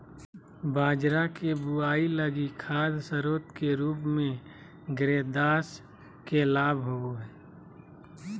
बाजरा के बुआई लगी खाद स्रोत के रूप में ग्रेदास के लाभ होबो हइ